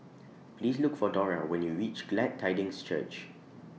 Please Look For Dora when YOU REACH Glad Tidings Church